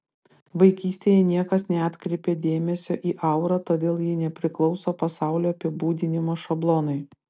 vaikystėje niekas neatkreipė dėmesio į aurą todėl ji nepriklauso pasaulio apibūdinimo šablonui